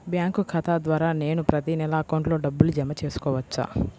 Bank ఖాతా ద్వారా నేను ప్రతి నెల అకౌంట్లో డబ్బులు జమ చేసుకోవచ్చా?